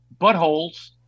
buttholes